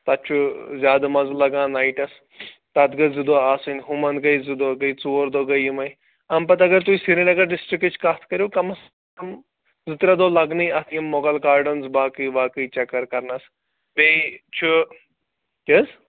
تَتہِ چھُ زیادٕ مَزٕ لگان نایِٹَس تَتھ گٔژھ زٕ دۄہ آسٕنۍ ہُمَن گٔے زٕ دۄہ گٔے ژور دۄہ گٔے یِمَے اَمۍ پتہٕ اگر تُہۍ سریٖنگر ڈِسٹِرٛکٕچ کَتھ کٔرِو کَمس کم زٕ ترٛےٚ دۄہ لَگنٕے اَتھ یِم مغل گاڈنٛز باقٕے واقٕے چکر کرنَس بیٚیہِ چھُ کیٛاہ حظ